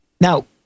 Now